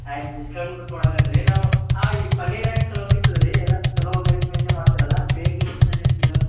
ಆಯ್ತು ಡಿಸ್ಕೌಂಟ್ ಕೊಡಕಾತ್ರೀ ನಾವು ಈ ಪನ್ನೀರು ಹೆಂಗ್ ಚೊಲೋ ಸಿಗ್ತದೆ ರೀ ಎಲ್ಲ ಚೊಲೋ ಮಿಲ್ಕ್ನಿಂದೇ ಮಾಡ್ತೀರಲ್ವ ಫೇಕ್ ಮಿಲ್ಕ್ದು ಅದೇನೂ ಸಿಗಲ್ವಲ್ಲ